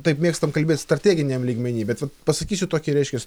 taip mėgstam kalbėt strateginiam lygmeny bet vat pasakysiu tokį reiškias